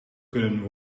kunnen